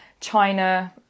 China